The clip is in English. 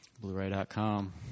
blu-ray.com